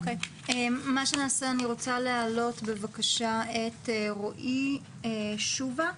אני רוצה להעלות בבקשה את רועי תשובה.